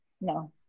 no